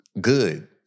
good